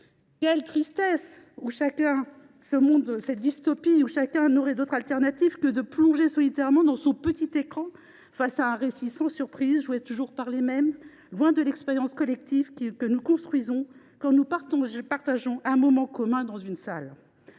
Quelle triste dystopie, où chacun n’aurait d’autre choix que de plonger solitairement dans son petit écran face à un récit sans surprises, joué toujours par les mêmes, loin de l’expérience collective que nous construisons quand nous partageons un moment commun dans une salle…